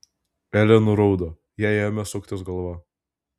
elė nuraudo jai ėmė suktis galva